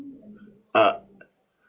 uh